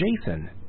Jason